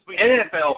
NFL